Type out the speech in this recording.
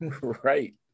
Right